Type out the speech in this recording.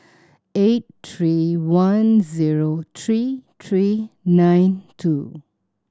eight three one zero three three nine two